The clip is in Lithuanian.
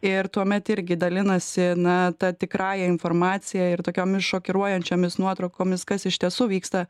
ir tuomet irgi dalinasi na ta tikrąja informacija ir tokiomis šokiruojančiomis nuotraukomis kas iš tiesų vyksta